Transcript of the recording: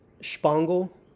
Spangle